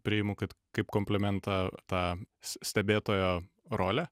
priimu kad kaip komplimentą tą stebėtojo rolę